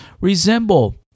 resemble